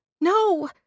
no